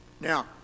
Now